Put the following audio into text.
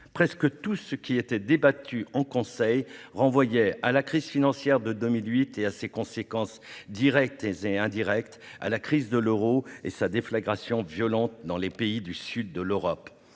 presque tout ce qui était débattu en Conseil renvoyait à la crise financière de 2008, à ses conséquences directes et indirectes, à la crise de l'euro et à la déflagration violente suscitée dans les pays du sud de l'Europe.